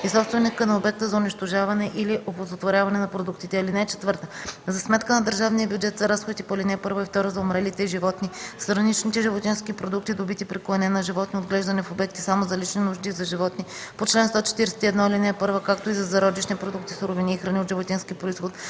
собственика на обекта за унищожаване или оползотворяване на продуктите. (4) За сметка на държавния бюджет са разходите по ал. 1 и 2 за умрелите животни, страничните животински продукти, добити при клане на животни, отглеждани в обекти само за лични нужди и за животни по чл. 141, ал. 1, както и за зародишни продукти, суровини и храни от животински произход,